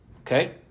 Okay